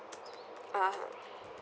ah